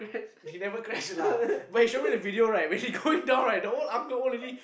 he never crash lah but he show me the video right the old uncle old lady